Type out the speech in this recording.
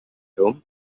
film